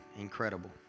Incredible